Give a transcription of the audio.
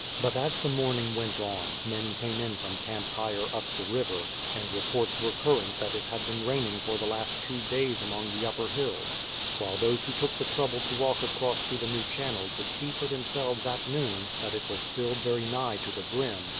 but as the morning went on, men came in from camps higher up the river, and reports were current that it had been raining for the last two days among the upper hills while those who took the trouble to walk across to the new channel could see for themselves at noon that it was filled very nigh to the brim,